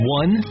one